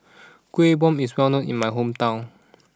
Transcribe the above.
Kueh Bom is well known in my hometown